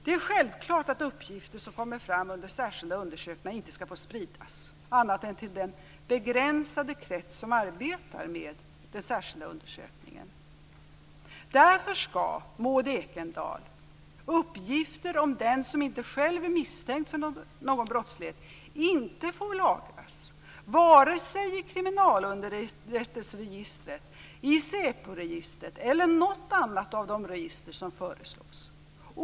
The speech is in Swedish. Det är självklart att uppgifter som kommer fram under särskilda undersökningar inte skall få spridas annat än till den begränsade krets som arbetar med den särskilda undersökningen. Därför, Maud Ekendahl, skall uppgifter om den som inte själv är misstänkt för någon brottslighet inte få lagras, vare sig i kriminalunderrättelseregistret, i säporegistret eller i något annat av de register som föreslås.